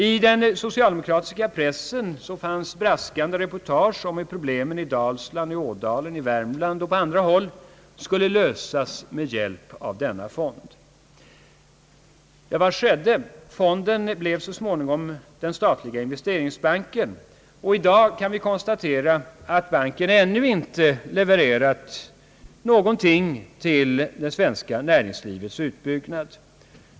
I den socialdemokratiska pressen fanns braskande reportage om hur problemen i Dalsland, i Ådalen, i Värmland och på andra håll skulle lösas med hjälp av denna fond. Vad skedde? Fonden blev så småningom den statliga investeringsbanken. I dag kan vi konstatera att banken ännu inte levererat ett enda öre till det svenska näringslivets utbyggnad.